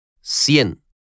Cien